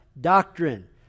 Doctrine